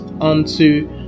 unto